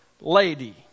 lady